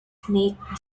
snake